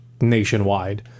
nationwide